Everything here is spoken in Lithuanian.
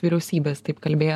vyriausybės kalbėjo